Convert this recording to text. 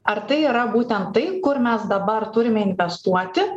ar tai yra būtent tai kur mes dabar turime investuoti